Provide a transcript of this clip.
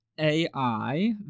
AI